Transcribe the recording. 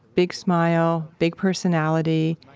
big smile. big personality.